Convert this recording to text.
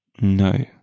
No